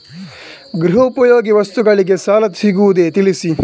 ಗೃಹ ಉಪಯೋಗಿ ವಸ್ತುಗಳಿಗೆ ಸಾಲ ಸಿಗುವುದೇ ತಿಳಿಸಿ?